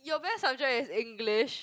your best subject is English